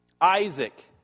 Isaac